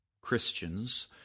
Christians